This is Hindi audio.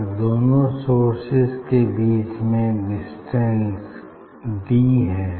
अगर दोनों सोर्सेज के बीच में डिस्टेंस डी है